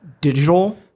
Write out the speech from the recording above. digital